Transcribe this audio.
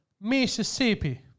Mississippi